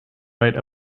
right